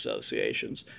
associations